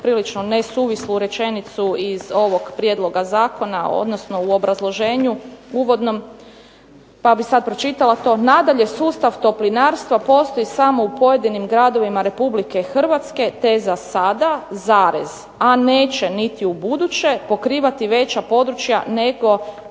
prilično nesuvislu rečenicu iz ovog prijedloga zakona, odnosno u obrazloženju uvodnom pa bi sad pročitala to: "Nadalje sustav toplinarstva postoji samo u pojedinim gradovima RH te je zasada, a neće niti ubuduće pokrivati veća područja nego